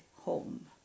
home